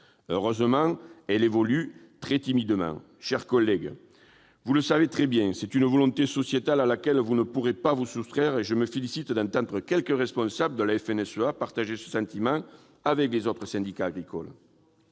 Heureusement, elle évolue, très timidement. Mes chers collègues, vous le savez très bien, c'est une volonté sociétale à laquelle vous ne pourrez pas vous soustraire, et je me félicite d'entendre quelques responsables de la Fédération nationale des syndicats